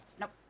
Nope